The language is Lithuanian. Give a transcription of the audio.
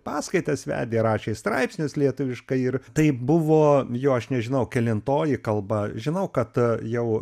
paskaitas vedė rašė straipsnius lietuviškai ir tai buvo jo aš nežinau kelintoji kalba žinau kad jau